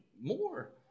more